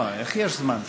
איך יש זמן?